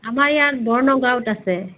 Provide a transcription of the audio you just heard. আমাৰ ইয়াত বৰ্ণগাঁৱত আছে